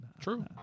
True